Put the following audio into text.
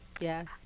Yes